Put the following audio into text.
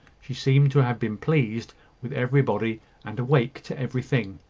she seemed to have been pleased with everybody and awake to everything.